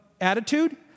attitude